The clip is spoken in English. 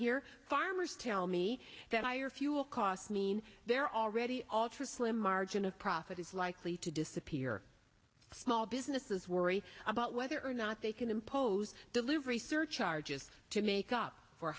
here farmers tell me that i or fuel costs mean they're already alter a slim margin of profit is likely to disappear small businesses worry about whether or not they can impose delivery surcharges to make